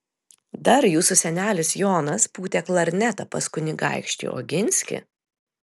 dar jūsų senelis jonas pūtė klarnetą pas kunigaikštį oginskį